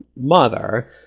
mother